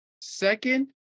Second